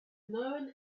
known